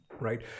Right